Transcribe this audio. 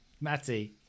Matty